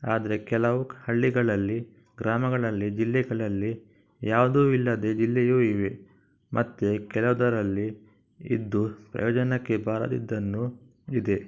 ಆದರೆ ಕೆಲವು ಹಳ್ಳಿಗಳಲ್ಲಿ ಗ್ರಾಮಗಳಲ್ಲಿ ಜಿಲ್ಲೆಗಳಲ್ಲಿ ಯಾವುದೂ ಇಲ್ಲದ ಜಿಲ್ಲೆಯೂ ಇವೆ ಮತ್ತು ಕೆಲವದರಲ್ಲಿ ಇದ್ದೂ ಪ್ರಯೋಜನಕ್ಕೆ ಬಾರದಿದ್ದನ್ನು ಇದೆ